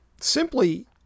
simply